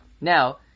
Now